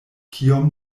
kiom